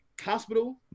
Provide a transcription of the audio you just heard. Hospital